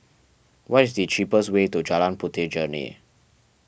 what is the cheapest way to Jalan Puteh Jerneh